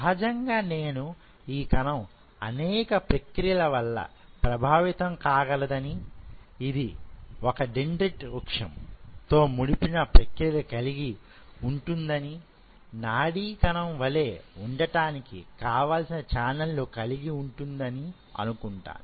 సహజంగా నేను ఈ కణం అనేక ప్రక్రియ వల్ల ప్రభావితం కాగలదని ఇది ఒకదెండ్రిటి క్ వృక్షము తో ముడిపడిన ప్రకియలు కలిగి ఉంటుందని నాడీ కణం వలె ఉండటానికి కావలసిన చానళ్లు కలిగి ఉంటుందని అనుకుంటాను